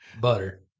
Butter